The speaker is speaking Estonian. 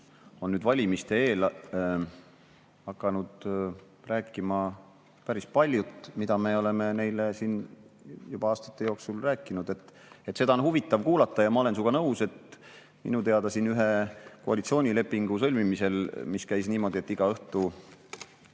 on nüüd valimiste eel hakanud rääkima päris palju sellist, mida me oleme neile siin juba aastate jooksul rääkinud. Seda on huvitav kuulata. Ja ma olen sinuga nõus, minu teada siin ühe koalitsioonilepingu sõlmimisel, mis käis niimoodi, et igal õhtul